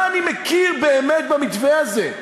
מה אני מכיר באמת במתווה הזה?